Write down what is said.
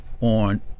on